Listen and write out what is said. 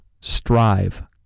Strive